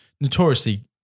notoriously